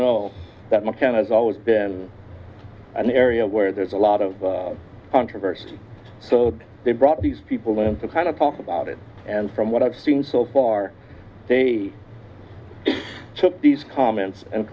know that mccain is always an area where there's a lot of controversy so they brought these people in to kind of talk about it and from what i've seen so far they took these comments and